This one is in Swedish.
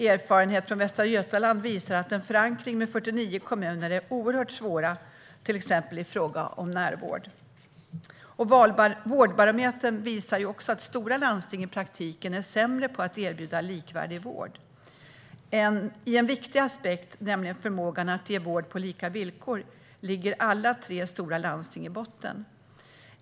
Erfarenhet från Västra Götaland visar att förankring är oerhört svårt med 49 kommuner, till exempel i fråga om närvård. Vårdbarometern visar att stora landsting är sämre på att erbjuda likvärdig vård i praktiken. Ur den viktiga aspekten, förmågan att ge vård på lika villkor, ligger alla tre stora landsting i botten.